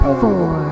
four